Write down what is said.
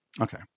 okay